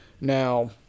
Now